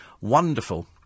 wonderful